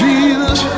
Jesus